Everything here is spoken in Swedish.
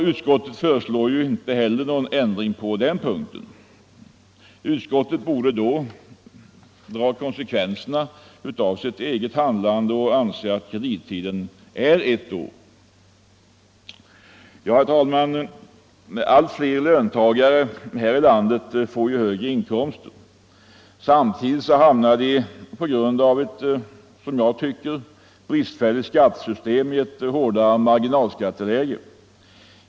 Utskottet föreslår ju inte heller någon ändring på denna punkt. Då borde utskottet dra konsekvenserna av sitt eget handlande och anse att kredittiden är ett år. Allt fler löntagare här i landet får högre inkomster, och samtidigt hamnar de på grund av som jag tycker ett bristfälligt skattesystem i ett hårdare marginalskatteläge.